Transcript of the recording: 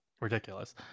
ridiculous